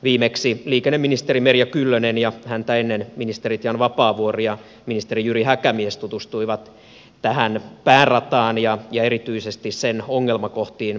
viimeksi liikenneministeri merja kyllönen ja häntä ennen viime kaudella ministeri jan vapaavuori ja ministeri jyri häkämies tutustuivat tähän päärataan ja erityisesti sen ongelmakohtiin